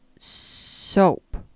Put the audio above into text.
soap